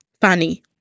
funny